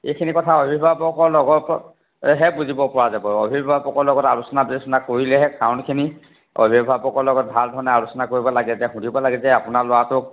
এইখিনি কথা অভিভাৱকৰ লগত হে বুজিব পৰা যাব অভিভাৱকৰ লগত আলোচনা বিলোচনা কৰিলেহে কাৰণখিনি অভিভাৱকৰ লগত ভালধৰণে আলোচনা কৰিব লাগে যে সুধিব লাগে যে আপোনাৰ ল'ৰাটোক